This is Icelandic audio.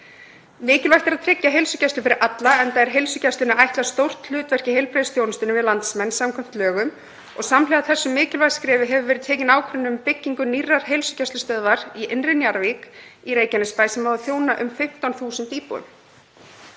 Mikilvægt er að tryggja heilsugæslu fyrir alla, enda er heilsugæslunni ætlað stórt hlutverk í heilbrigðisþjónustunni við landsmenn samkvæmt lögum. Samhliða þessu mikilvæga skrefi hefur verið tekin ákvörðun um byggingu nýrrar heilsugæslustöðvar í Innri-Njarðvík í Reykjanesbæ sem á að þjóna um 15.000 íbúum.